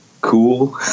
cool